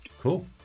Cool